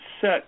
set